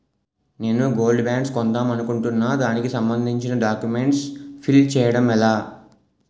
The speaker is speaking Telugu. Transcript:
నేను గోల్డ్ బాండ్స్ కొందాం అనుకుంటున్నా దానికి సంబందించిన డాక్యుమెంట్స్ ఫిల్ చేయడం ఎలా?